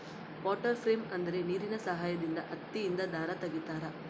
water frame ಅಂದ್ರೆ ನೀರಿನ ಸಹಾಯದಿಂದ ಹತ್ತಿಯಿಂದ ದಾರ ತಗಿತಾರ